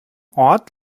ort